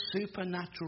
supernatural